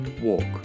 Walk